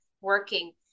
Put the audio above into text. working